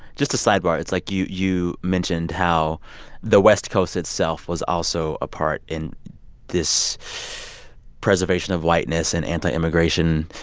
just a sidebar, it's like you you mentioned how the west coast itself was also a part in this preservation of whiteness and anti-immigration.